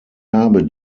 habe